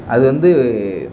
அது வந்து